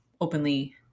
openly